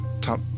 top